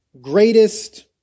greatest